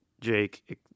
Jake